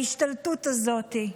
ההשתלטות הזאת,